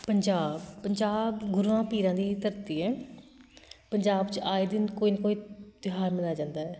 ਪੰਜਾਬ ਪੰਜਾਬ ਗੁਰੂਆਂ ਪੀਰਾਂ ਦੀ ਧਰਤੀ ਹੈ ਪੰਜਾਬ 'ਚ ਆਏ ਦਿਨ ਕੋਈ ਨਾ ਕੋਈ ਤਿਉਹਾਰ ਮਨਾਇਆ ਜਾਂਦਾ ਹੈ